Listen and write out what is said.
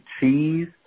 cheese